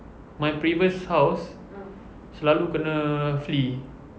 my previous house selalu kena flee